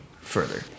further